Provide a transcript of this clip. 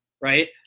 Right